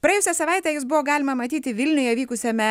praėjusią savaitę jus buvo galima matyti vilniuje vykusiame